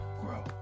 grow